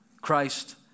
Christ